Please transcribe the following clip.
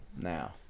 Now